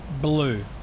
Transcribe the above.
blue